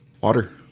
Water